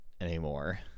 anymore